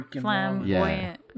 flamboyant